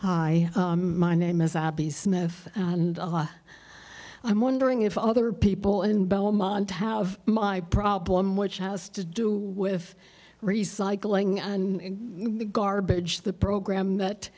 two my name is abby's smith and i'm wondering if other people in belmont have my problem which has to do with recycling and the garbage the program that